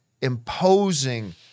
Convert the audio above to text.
imposing